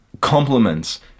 compliments